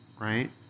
right